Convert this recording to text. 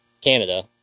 Canada